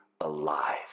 alive